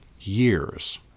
years